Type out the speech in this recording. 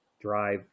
drive